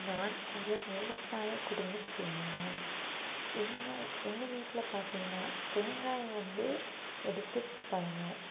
நான் ஒரு விவசாயக் குடும்பப் பெண் தான் எங்கள் எங்கள் வீட்டில் பார்த்தீங்கனா தேங்காயை வந்து எடுத்து விற்பாங்க